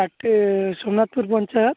thirty Sonapur panchayat